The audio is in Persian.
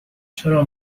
چرا